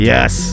Yes